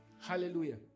Hallelujah